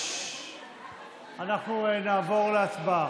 אנחנו נעבור להצבעה.